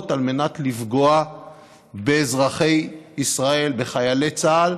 לפגוע באזרחי ישראל ובחיילי צה"ל,